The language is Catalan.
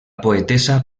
poetessa